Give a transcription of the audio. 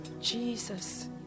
Jesus